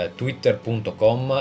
twitter.com